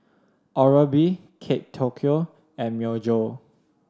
Oral B Kate Tokyo and Myojo